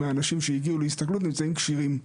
75 אחוז מהאנשים שהגיעו להסתכלות נמצאים כשירים.